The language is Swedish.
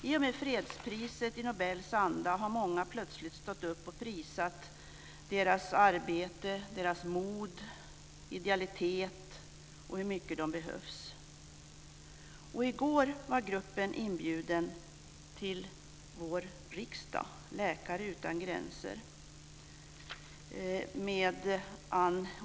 I och med fredspriset i Nobels anda har många plötsligt stått upp och prisat deras arbete, deras mod, idealitet och hur mycket de behövs. I går var Läkare utan gränser inbjuden till vår riksdag.